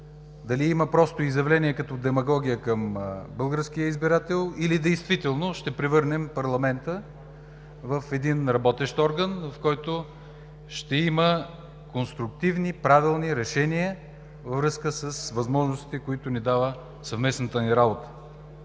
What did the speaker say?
дали има просто изявления като демагогия към българския избирател, или действително ще превърнем парламента в един работещ орган, в който ще има конструктивни, правилни решения във връзка с възможностите, които ни дава съвместната ни работа.